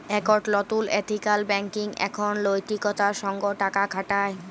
একট লতুল ethical banking এখন লৈতিকতার সঙ্গ টাকা খাটায়